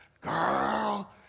girl